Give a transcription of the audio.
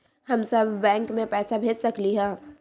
हम सब बैंक में पैसा भेज सकली ह?